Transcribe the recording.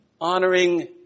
honoring